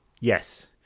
Yes